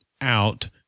out